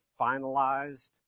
finalized